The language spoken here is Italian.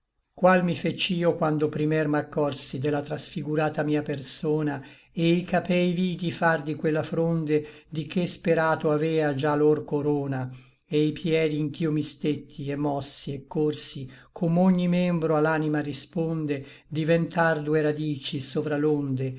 mi fec'io quando primier m'accorsi de la trasfigurata mia persona e i capei vidi far di quella fronde di che sperato avea già lor corona e i piedi in ch'io mi stetti et mossi et corsi com'ogni membro a l'anima risponde diventar due radici sovra l'onde